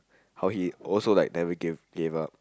how he also like never gave up